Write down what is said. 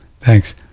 Thanks